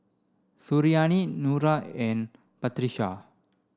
Suriani Nura and Batrisya